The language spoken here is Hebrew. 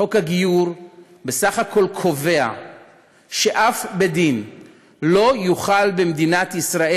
חוק הגיור בסך הכול קובע ששום בית-דין לא יוכל לגייר במדינת ישראל,